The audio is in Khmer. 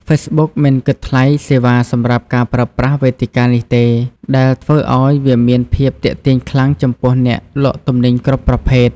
ហ្វេសប៊ុកមិនគិតថ្លៃសេវាសម្រាប់ការប្រើប្រាស់វេទិកានេះទេ ដែលធ្វើឱ្យវាមានភាពទាក់ទាញខ្លាំងចំពោះអ្នកលក់ទំនិញគ្រប់ប្រភេទ។